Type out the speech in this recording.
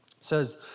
says